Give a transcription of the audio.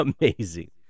amazing